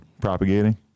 propagating